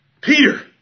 Peter